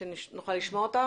כדי שנוכל לשמוע אותך.